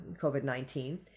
COVID-19